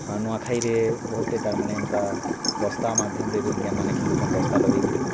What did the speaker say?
ଆଉ ନୂଆଖାଇରେ ବହୁଟେ ତା'ର୍ ମାନେ ଏନ୍ତା ବସ୍ତା ମାଧ୍ୟମରେ ବୋଲି ଗେମ୍ମାନେ ଖେଲୁଛନ୍ ବସ୍ତା ଲଗେଇ କିରି